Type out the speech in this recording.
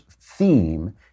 theme